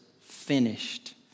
finished